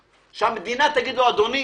שהמדינה תגיד לו: אדוני,